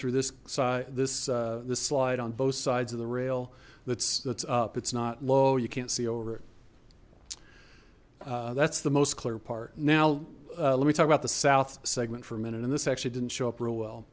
through this side this this slide on both sides of the rail that's that's up it's not low you can't see over it that's the most clear part now let me talk about the south segment for a minute and this actually didn't show up real well